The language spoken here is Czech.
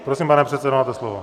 Prosím, pane předsedo, máte slovo.